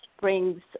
brings